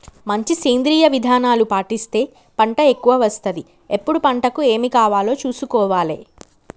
మంచి సేంద్రియ విధానాలు పాటిస్తే పంట ఎక్కవ వస్తది ఎప్పుడు పంటకు ఏమి కావాలో చూసుకోవాలే